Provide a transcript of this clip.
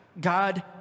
God